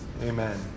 Amen